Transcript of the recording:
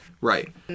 Right